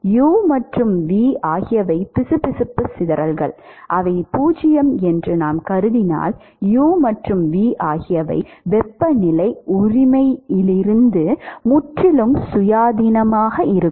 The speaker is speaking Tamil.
u மற்றும் v ஆகியவை பிசுபிசுப்பு சிதறல் 0 என்று நாம் கருதினால் u மற்றும் v ஆகியவை வெப்பநிலை உரிமையிலிருந்து முற்றிலும் சுயாதீனமாக இருக்கும்